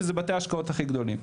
שאלו בתי ההשקעות הכי גדולים.